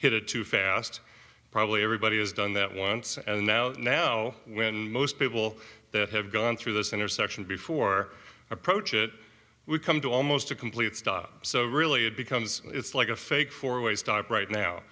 hit it too fast probably everybody has done that once and now now when most people that have gone through this intersection before approach it we come to almost a complete stop so really it becomes it's like a fake four way stop right